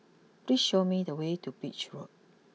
please show me the way to Beach Road